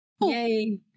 Yay